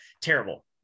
terrible